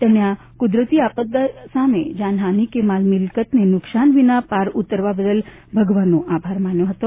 તેમણે આ કુદરતી આપદા સામે જાનહાનિ કે માલમિલકતને નુકસાન વિના પાર ઉતરવા બદલ ભગવાનનો આભાર માન્યો હતો